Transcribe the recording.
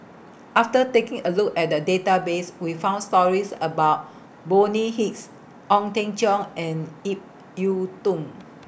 after taking A Look At The Database We found stories about Bonny Hicks Ong Teng Cheong and Ip Yiu Tung